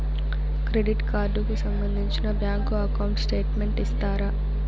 Credit card కు సంబంధించిన bank account statement ఇస్తారా?